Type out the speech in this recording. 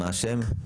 מה השם?